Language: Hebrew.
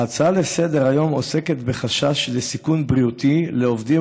ההצעה לסדר-היום עוסקת בחשש לסיכון בריאותי לעובדים